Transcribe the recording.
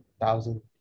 thousand